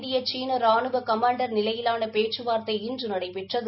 இந்திய சீன ராணுவ கமாண்டர் நிலையிலான பேச்சுவார்த்தை இன்று நடைபெற்றது